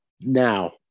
Now